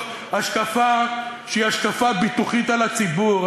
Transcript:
השקפה שהיא השקפה ביטוחית על הציבור.